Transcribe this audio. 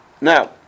Now